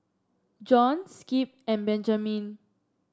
Jon Skip and Benjamine